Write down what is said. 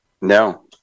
No